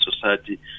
society